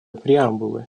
преамбулы